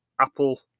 Apple